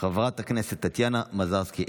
חברת הכנסת טטיאנה מזרסקי,